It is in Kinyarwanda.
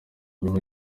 nyuma